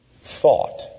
thought